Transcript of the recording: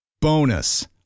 Bonus